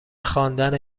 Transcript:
خواندن